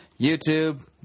YouTube